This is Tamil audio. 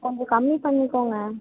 கொஞ்சம் கம்மி பண்ணிக்கோங்க